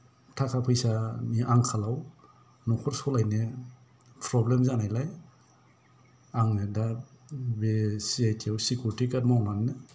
थाखा फैसानि आंखालाव न'खर सलायनो प्रब्लेम जानायलाय आङो दा बे सिआइटि आव सिकिउरिटि गार्ड मावनानै